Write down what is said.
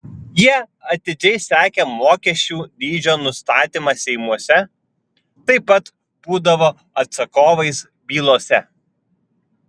jie atidžiai sekė mokesčių dydžio nustatymą seimuose taip pat būdavo atsakovais bylose